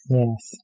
yes